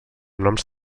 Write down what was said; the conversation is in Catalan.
noms